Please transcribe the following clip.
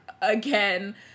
again